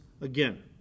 again